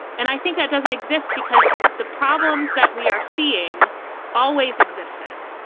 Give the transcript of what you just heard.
and i think that doesn't exist because the problems that we are seeing always existed.